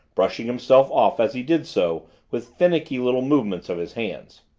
brushing himself off as he did so with finicky little movements of his hands.